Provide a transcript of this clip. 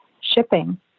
shipping